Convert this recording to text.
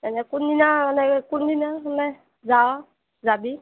এনে কোনদিনা এনেকে কোনদিনা মানে যাওঁ যাবি